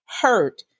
hurt